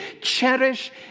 cherish